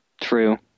True